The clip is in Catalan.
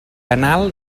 anal